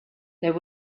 there